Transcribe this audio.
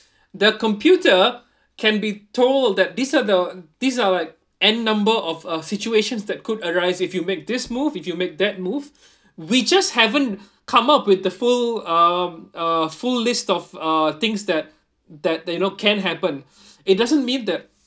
the computer can be told that these are the these are like n number of uh situations that could arise if you make this move if you make that move we just haven't come up with the full um um full list of uh things that that you know can happen it doesn't mean that